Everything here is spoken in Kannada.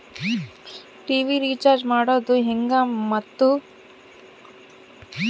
ಟಿ.ವಿ ರೇಚಾರ್ಜ್ ಮಾಡೋದು ಹೆಂಗ ಮತ್ತು?